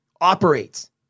operates